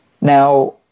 Now